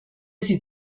sie